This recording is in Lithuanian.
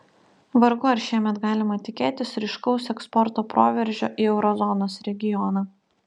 vargu ar šiemet galima tikėtis ryškaus eksporto proveržio į euro zonos regioną